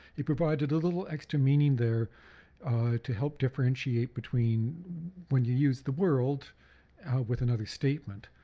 it provided a little extra meaning there to help differentiate between when you use the world with another statement.